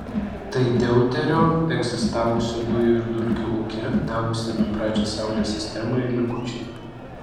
tai deuterio egzistavusio dujų ir dulkių ūke davusiame pradžią saulės sistemai likučiai